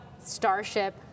Starship